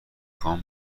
خوام